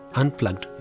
unplugged